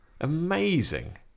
Amazing